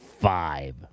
five